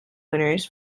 winners